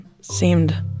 seemed